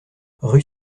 rue